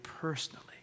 personally